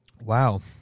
Wow